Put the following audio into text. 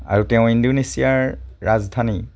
আৰু তেওঁ ইণ্ডোনেছিয়াৰ ৰাজধানী